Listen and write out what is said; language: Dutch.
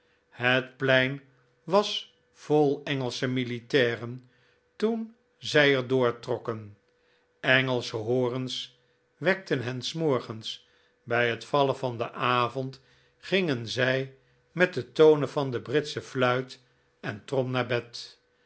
het plein was vol engelsche militairen toen zij er doortrokken engelsche hoorns wekten hen s morgens bij het vallen van den avond gingen zij met de tonen van de britsche fluit en trom naar bed